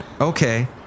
Okay